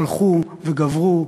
הלכו וגברו,